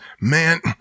man